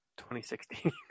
2016